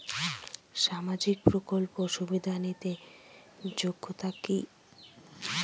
সামাজিক প্রকল্প সুবিধা নিতে যোগ্যতা কি?